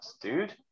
dude